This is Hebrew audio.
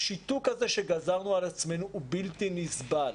השיתוק הזה שגזרנו על עצמנו הוא בלתי נסבל.